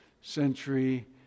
century